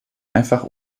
einfach